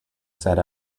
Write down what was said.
said